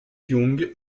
young